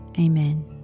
Amen